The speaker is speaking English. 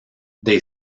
they